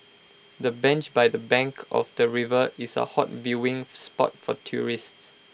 the bench by the bank of the river is A hot viewing spot for tourists